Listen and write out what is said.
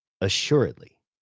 assuredly